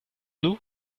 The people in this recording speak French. nous